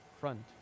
front